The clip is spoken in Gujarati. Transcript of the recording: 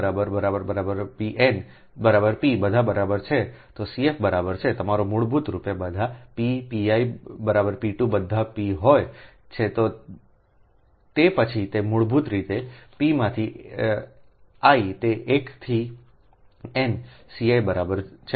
pnpબધા બરાબર છે તો CF બરાબર છે તમારા મૂળભૂત રૂપે બધા P P1બરાબર P2બધા P હોય છે તે પછી તે મૂળભૂત રીતે P માં i તે 1 થી n Ci ને બરાબર છે